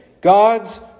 God's